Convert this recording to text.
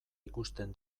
ikusten